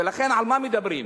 ולכן, על מה מדברים?